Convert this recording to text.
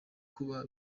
kuba